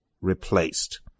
replaced